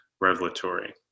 revelatory